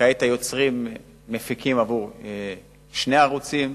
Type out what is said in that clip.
כעת היוצרים מפיקים עבור שני ערוצים,